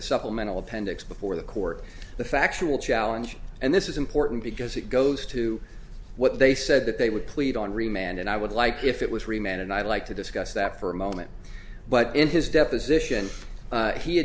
the supplemental appendix before the court the factual challenge and this is important because it goes to what they said that they would plead on re man and i would like if it was remain and i'd like to discuss that for a moment but in his deposition